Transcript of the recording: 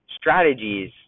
strategies